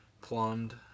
plumbed